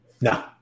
No